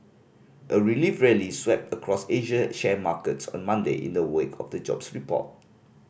a relief rally swept across Asian share markets on Monday in the wake of the jobs report